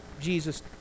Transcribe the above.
jesus